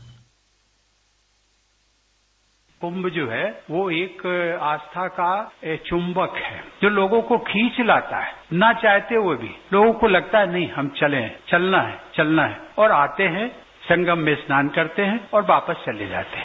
bite Kumbh जो है वो एक आस्था का चुंबक है जो लोगों को खींच लाता है ना चाहते हुए भी लोगों को लगता है कि हम चलें हमें चलना है चलना है और आते हैं संगम में स्नान करते हैं और वापस चले जाते हैं